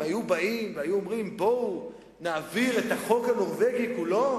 אם היו באים ואומרים: בואו נעביר את החוק הנורבגי כולו,